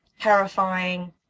terrifying